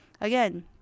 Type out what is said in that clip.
again